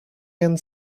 jen